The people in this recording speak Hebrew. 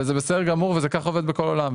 וזה בסדר גמור וזה כך עובד בכל העולם.